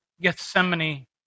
Gethsemane